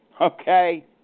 Okay